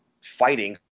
fighting